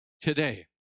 today